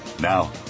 Now